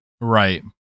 right